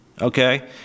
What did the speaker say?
okay